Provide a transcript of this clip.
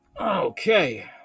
Okay